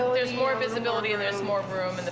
there's more visibility, and there's more room, and